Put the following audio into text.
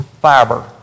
fiber